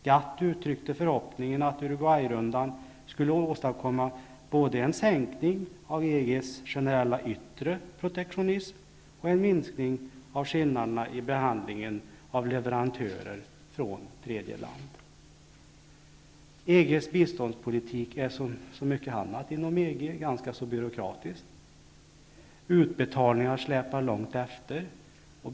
GATT uttryckte förhoppningen att Uruguayrundan skulle åstadkomma både en sänkning av EG:s generella yttre protektionism och en minskning av skillnaderna i behandlingen av leverantörer från tredje land. EG:s biståndspolitik är byråkratisk som så mycket annat inom EG. Utbetalningarna släpar långt efter.